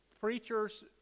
preachers